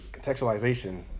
contextualization